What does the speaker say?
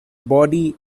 body